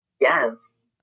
Yes